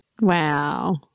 Wow